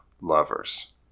lovers